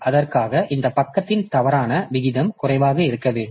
அதற்காக இந்த பக்கத்தின் தவறான விகிதம் குறைவாக இருக்க வேண்டும்